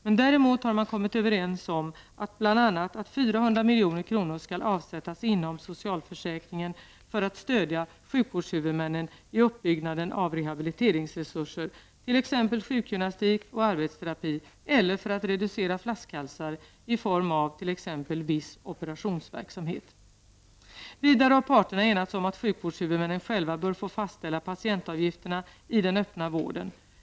Men däremot har man kommit överens om bl.a. att 400 milj.kr. skall avsättas inom socialförsäkringen för att stödja sjukvårdshuvudmännen i uppbyggnaden av rehabiliteringsresurser, t.ex. sjukgymnastik och arbetsterapi, eller för att reducera flaskhalsar i form av exempelvis viss operationsverksamhet. Vidare har parterna enats om att sjukvårdshuvudmännen själva bör få fastställa patientavgifterna i den öppna vården.